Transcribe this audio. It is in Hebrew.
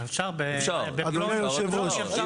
אדוני היושב-ראש,